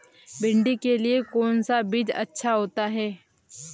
भिंडी के लिए कौन सा बीज अच्छा होता है?